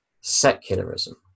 secularism